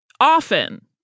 often